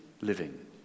living